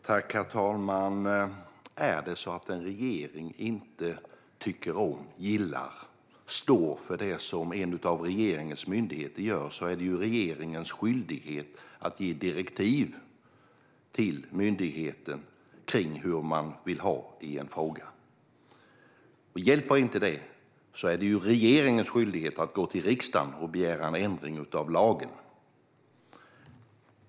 Herr talman! Om en regering inte gillar och står för det som en av dess myndigheter gör är det regeringens skyldighet att ge direktiv till myndigheten kring hur man vill ha det i en fråga. Hjälper inte detta är det regeringens skyldighet att gå till riksdagen och begära en ändring av lagen.